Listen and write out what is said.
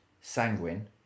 sanguine